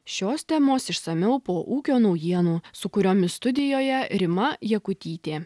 šios temos išsamiau po ūkio naujienų su kuriomis studijoje rima jakutytė